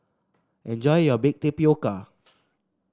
enjoy your Baked Tapioca